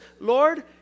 Lord